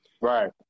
Right